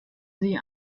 sie